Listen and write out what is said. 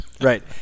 right